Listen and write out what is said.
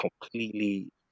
completely